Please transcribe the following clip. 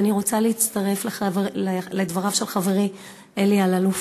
ואני רוצה להצטרף לדבריו של חברי אלי אלאלוף: